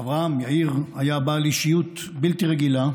אברהם יאיר היה בעל אישיות בלתי רגילה,